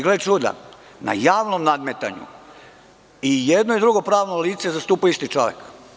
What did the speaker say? Gle čuda, na javnom nadmetanju i jedno i drugo pravno lice zastupa isti čovek.